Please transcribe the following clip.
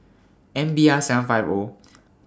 M B R seven five O